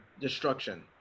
destruction